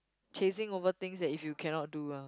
chasing over things that if you cannot do ah